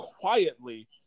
quietly